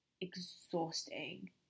exhausting